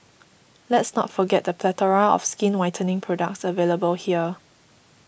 let's not forget the plethora of skin whitening products available here